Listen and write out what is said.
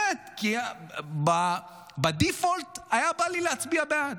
באמת, כי ב-default היה בא לי להצביע בעד.